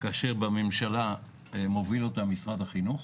כאשר בממשלה מוביל אותה משרד החינוך,